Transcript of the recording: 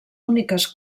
úniques